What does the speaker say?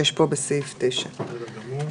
בסעיף זה "בן משפחה" - בן זוג,